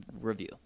Review